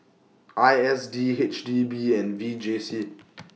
I S D H D B and V J C